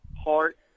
heart